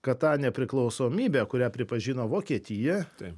kad tą nepriklausomybę kurią pripažino vokietija